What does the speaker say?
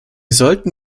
sollten